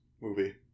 movie